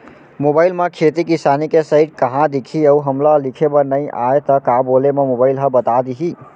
Mobile म खेती किसानी के साइट कहाँ दिखही अऊ हमला लिखेबर नई आय त का बोले म मोबाइल ह बता दिही?